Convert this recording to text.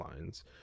lines